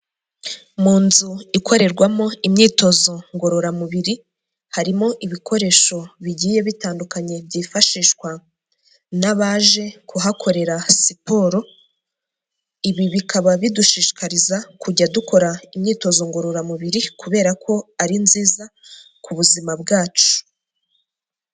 Mu nzu ikorerwamo imyitozo ngororamubiri, harimo ibikoresho bigiye bitandukanye byifashishwa n'abaje kuhakorera siporo. Ibi bikaba bidushishikariza kujya dukora imyitozo ngororamubiri kubera ko ari nziza ku buzima bwacu.